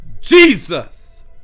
Jesus